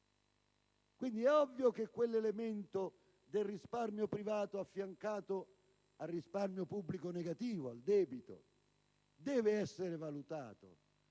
Quindi, è ovvio che quell'elemento del risparmio privato, affiancato al risparmio pubblico negativo, al debito, debba essere valutato.